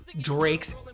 Drake's